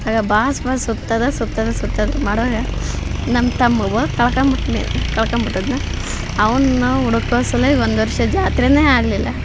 ಆಗ ಬಾಸ್ ಬಾಸ್ ಸುತ್ತದು ಸುತ್ತದು ಸುತ್ತದು ಮಾಡುವಾಗ ನಮ್ಮ ತಮ್ಮವ ಕಳ್ಕಂಡು ಬಿಟ್ನಿ ಕಳ್ಕಂಡು ಬಿಟ್ಟದ್ನ ಅವನ ನಾವು ಹುಡುಕುವ ಸಲುವಾಗಿ ಒಂದು ವರ್ಷ ಜಾತ್ರೆನೇ ಆಗಲಿಲ್ಲ